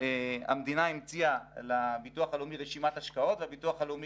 המדינה המציאה לביטוח הלאומי רשימת השקעות והביטוח הלאומי